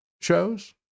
shows